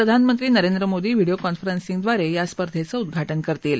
प्रधानमंत्री Narendra Modi video conferencing द्वारे या स्पर्धेचं उद्घाटन करतील